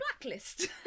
blacklist